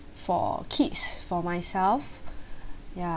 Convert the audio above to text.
for kids for myself ya